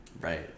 Right